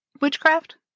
witchcraft